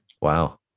wow